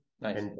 Nice